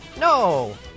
No